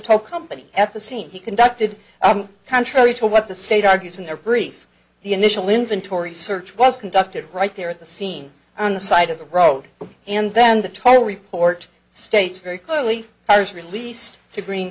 top company at the scene he conducted contrary to what the state argues in their brief the initial inventory search was conducted right there at the scene on the side of the road and then the total report states very clearly i was released to green